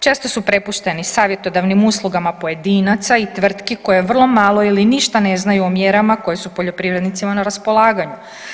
Često su prepušteni savjetodavnim uslugama pojedinaca i tvrtki koje vrlo malo ili ništa ne znaju o mjerama koje su poljoprivrednicima na raspolaganju.